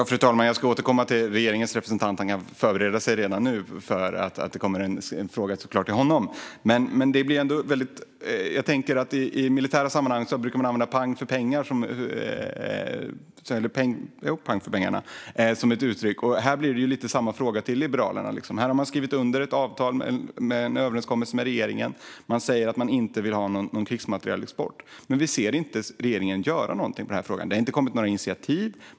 Fru talman! Jag ska återkomma till regeringens representant. Han kan redan nu förbereda sig för att det kommer en fråga till honom. I militära sammanhang brukar man använda uttrycket pang för pengarna. Här blir det lite samma fråga till Liberalerna. Man har skrivit under en överenskommelse tillsammans med regeringen. Man säger att man inte vill ha någon krigsmaterielexport. Men vi ser inte regeringen göra någonting i denna fråga. Det har inte kommit några initiativ.